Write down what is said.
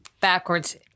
backwards –